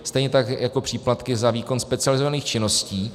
Stejně tak jako příplatky za výkon specializovaných činností.